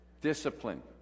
Discipline